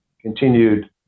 continued